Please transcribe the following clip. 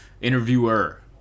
interviewer